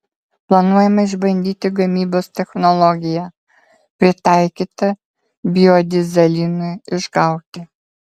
planuojama išbandyti gamybos technologiją pritaikytą biodyzelinui išgauti